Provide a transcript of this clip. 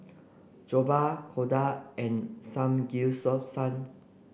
Jokbal Dhokla and Samgeyopsal